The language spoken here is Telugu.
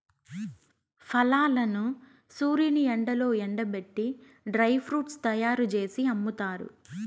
ఫలాలను సూర్యుని ఎండలో ఎండబెట్టి డ్రై ఫ్రూట్స్ తయ్యారు జేసి అమ్ముతారు